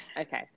Okay